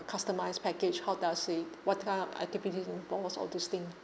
customized package how does it what kind of activities involves all those thing